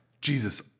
Jesus